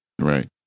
Right